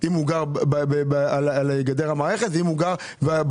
אם הוא גר על גדר המערכת ואם הוא גר בנגב.